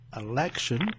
Election